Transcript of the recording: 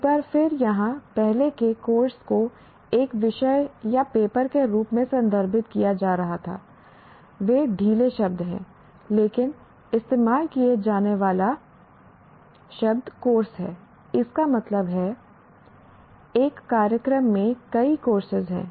एक बार फिर यहां पहले के कोर्स को एक विषय या पेपर के रूप में संदर्भित किया जा रहा था वे ढीले शब्द थे लेकिन इस्तेमाल किया जाने वाला शब्द कोर्स है इसका मतलब है एक कार्यक्रम में कई कोर्सेज हैं